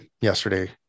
yesterday